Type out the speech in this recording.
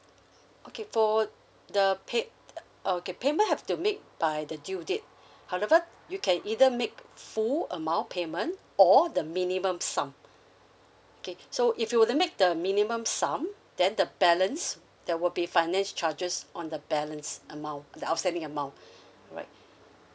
okay for the paid oh okay payment have to make by the due date however you can either make full amount payment or the minimum sum okay so if you were to make the minimum sum then the balance there will be finance charges on the balance amount the outstanding amount right